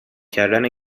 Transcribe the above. کردن